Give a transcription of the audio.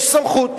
יש סמכות.